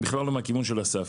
בכלל לא מהכיוון של אסף.